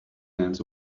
hands